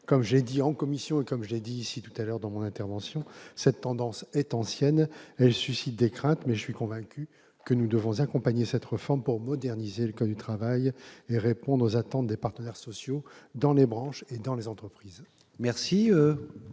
Comme je l'ai dit en commission et lors de la discussion générale, cette tendance est ancienne. Elle suscite des craintes, mais je suis convaincu que nous devons accompagner cette réforme pour moderniser le code du travail et répondre aux attentes des partenaires sociaux dans les branches et dans les entreprises. Quel